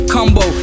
Combo